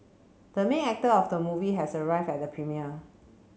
the main actor of the movie has arrived at the premiere